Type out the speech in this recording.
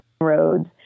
roads